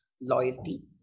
loyalty